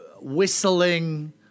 whistling